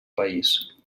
país